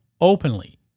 openly